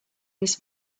this